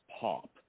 pop